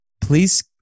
please